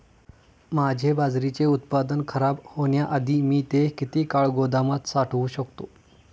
माझे बाजरीचे उत्पादन खराब होण्याआधी मी ते किती काळ गोदामात साठवू शकतो?